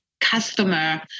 customer